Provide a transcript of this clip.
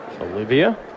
Olivia